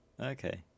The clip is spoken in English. Okay